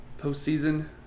postseason